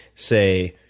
say,